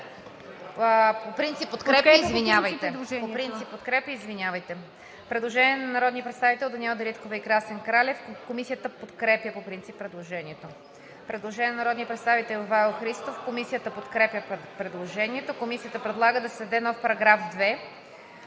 по принцип предложението. Предложение на народния представител Даниела Дариткова и Красен Кралев. Комисията подкрепя по принцип предложението. Предложение на народния представител Ивайло Христов. Комисията подкрепя предложението. Комисията предлага да се създаде нов § 2: „§ 2.